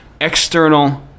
external